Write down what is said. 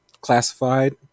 Classified